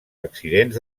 accidents